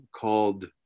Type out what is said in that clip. called